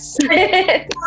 Yes